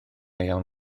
iawn